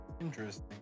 interesting